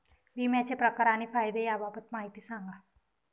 विम्याचे प्रकार आणि फायदे याबाबत माहिती सांगा